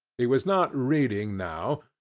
he was not reading now,